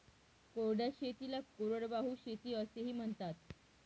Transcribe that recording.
कोरड्या शेतीला कोरडवाहू शेती असेही म्हणतात